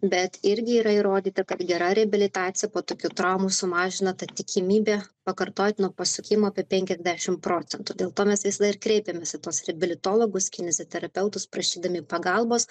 bet irgi yra įrodyta kad gera reabilitacija po tokių traumų sumažina tą tikimybę pakartotino pasukimo apie penkiasdešim procentų dėl to mes visada ir kreipiamės į tuos reabilitologus kineziterapeutus prašydami pagalbos